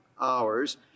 hours